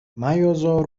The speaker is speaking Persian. میازار